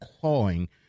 clawing